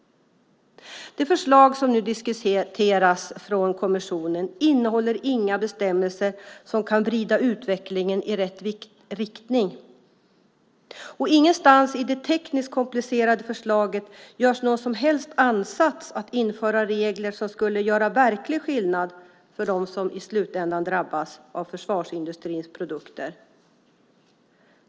Det förslag från kommissionen som nu diskuteras innehåller inga bestämmelser som kan vrida utvecklingen i rätt riktning. Ingenstans i det tekniskt komplicerade förslaget görs någon som helst ansats att införa regler som skulle göra verklig skillnad för dem som i slutändan drabbas av försvarsindustrins produkter.